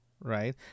right